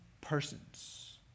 persons